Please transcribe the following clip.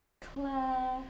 Claire